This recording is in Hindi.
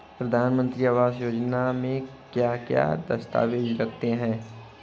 प्रधानमंत्री आवास योजना में क्या क्या दस्तावेज लगते हैं?